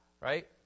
right